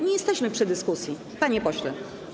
Nie jesteśmy przy dyskusji, panie pośle.